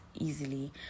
easily